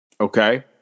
Okay